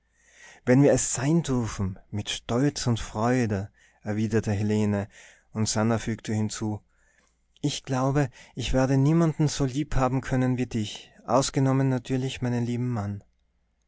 wenn wir es sein dürfen mit stolz und freude erwiderte helene und sannah fügte hinzu ich glaube ich werde niemand so lieb haben können wie dich ausgenommen natürlich meinen lieben mann